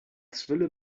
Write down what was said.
zwille